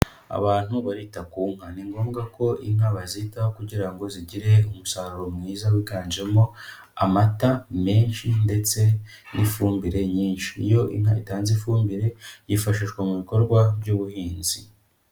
Abantu barita ku nka. Ni ngombwa ko inka bazitaho kugira ngo zigire umusaruro mwiza wiganjemo amata menshi ndetse n'ifumbire nyinshi, iyo inka itanze ifumbire yifashishwa mu bikorwa by'ubuhinzi.